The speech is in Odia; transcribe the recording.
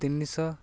ତିନି ଶହ